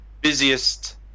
busiest